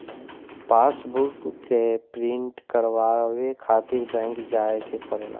passbook के print करवावे खातिर बैंक जाए के पड़ेला